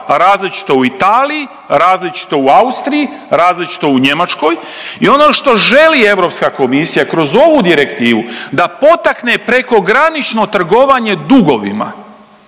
različito u Italiji, različito u Austriji, različito u Njemačkoj i ono što želi Europska komisija kroz ovu direktivu da potakne prekogranično trgovanje dugovima.